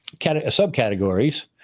subcategories